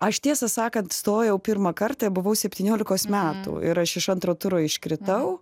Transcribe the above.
aš tiesą sakant stojau pirmą kartą buvau septyniolikos metų ir aš iš antro turo iškritau